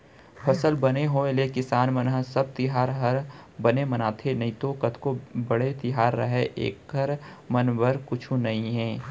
फसल बने होय ले किसान मन ह सब तिहार हर बने मनाथे नइतो कतको बड़े तिहार रहय एकर मन बर कुछु नइये